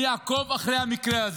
אני אעקוב אחרי המקרה,